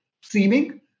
streaming